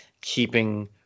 keeping